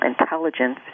Intelligence